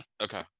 Okay